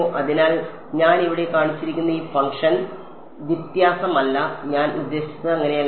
അതിനാൽ ഞാൻ ഇവിടെ കാണിച്ചിരിക്കുന്ന ഈ ഫംഗ്ഷൻ വ്യത്യാസമല്ല ഞാൻ ഉദ്ദേശിച്ചത് അങ്ങനെയല്ല